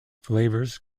flavors